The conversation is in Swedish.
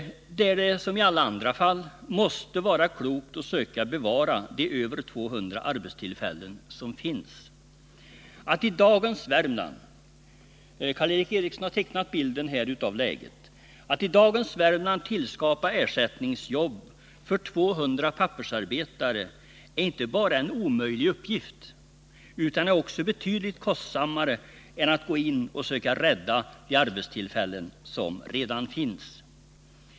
Här liksom i alla andra fall måste det vara klokt att söka bevara de över 200 arbetstillfällen som finns. Att i dagens Värmland — Karl Erik Eriksson har tecknat bilden av läget här — tillskapa ersättningsjobb för 200 pappersarbetare är inte bara en omöjlig uppgift, utan det skulle också bli betydligt kostsammare än att gå in och söka rädda de arbetstillfällen som finns.